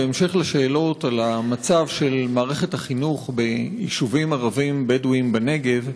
בהמשך לשאלות על מצב מערכת החינוך ביישובים ערביים-בדואיים בנגב,